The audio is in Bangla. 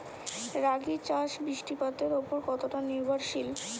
রাগী চাষ বৃষ্টিপাতের ওপর কতটা নির্ভরশীল?